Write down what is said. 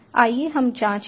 आइए हम जाँच करें